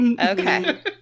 Okay